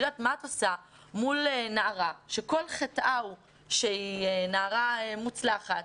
מה את עושה מול נערה שכל חטאה הוא שהיא נערה מוצלחת